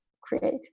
create